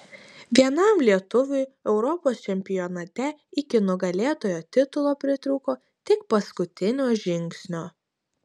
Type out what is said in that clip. vienam lietuviui europos čempionate iki nugalėtojo titulo pritrūko tik paskutinio žingsnio